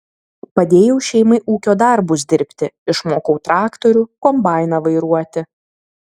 padėjau šeimai ūkio darbus dirbti išmokau traktorių kombainą vairuoti